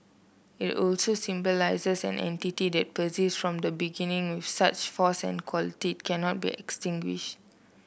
it also symbolises an entity that persists from the beginning with such force and quality it cannot be extinguished